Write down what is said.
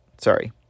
Sorry